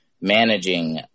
managing